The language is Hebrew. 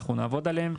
אנחנו נעבוד עליהם,